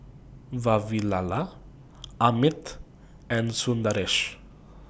Vavilala Amit and Sundaresh